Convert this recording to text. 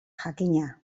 jakina